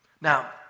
Now